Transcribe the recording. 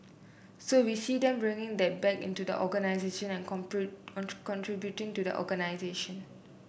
so we see them bringing that back into the organisation and and contributing to the organisation